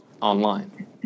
online